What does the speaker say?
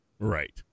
Right